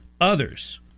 others